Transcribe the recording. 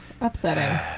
upsetting